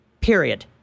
Period